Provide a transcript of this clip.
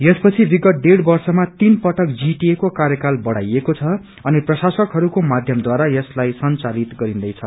यस पछि विगत डेढ़ वर्षमा तीन पटक जीटीए को कार्यकाल बढ़ाइएको छ अनि प्रशासकहरूको माध्यमद्वारा यसलाई संचालित गरिन्दैछ